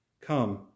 Come